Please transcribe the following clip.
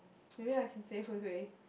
maybe I can say Hui Hui